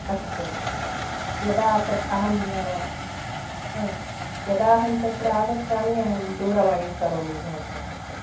अस्तु अस्तु यदा तत् अहम् यदा अहं तत्र आगच्छामि अहं दूरवाणीं करोमि भवतः कृते